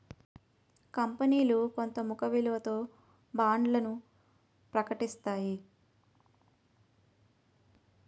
కంపనీలు కొంత ముఖ విలువతో బాండ్లను ప్రకటిస్తాయి